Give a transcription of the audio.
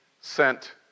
sent